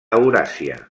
euràsia